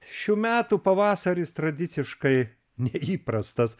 šių metų pavasaris tradiciškai neįprastas